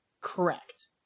correct